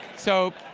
so